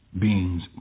beings